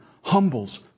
humbles